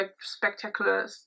spectacular